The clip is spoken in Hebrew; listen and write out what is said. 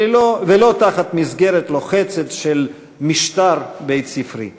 ולא במסגרת לוחצת של משטר בית-ספרי.